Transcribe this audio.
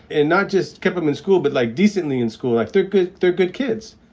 and not just kept them in school, but like decently in school. like they're good they're good kids.